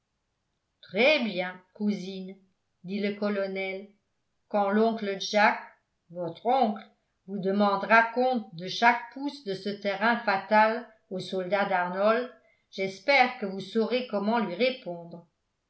très-bien cousine dit le colonel quand l'oncle jack votre oncle vous demandera compte de chaque pouce de ce terrain fatal aux soldats d'arnold j'espère que vous saurez comment lui répondre